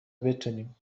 بتونیم